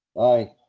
i.